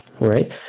Right